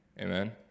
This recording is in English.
Amen